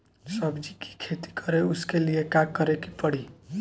सब्जी की खेती करें उसके लिए का करिके पड़ी?